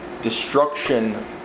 destruction